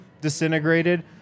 disintegrated